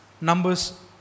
Numbers